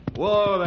whoa